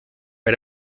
bei